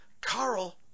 Carl